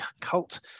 cult